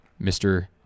Mr